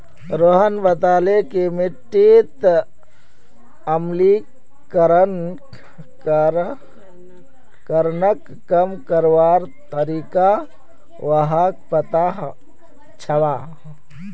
रोहन बताले कि मिट्टीत अम्लीकरणक कम करवार तरीका व्हाक पता छअ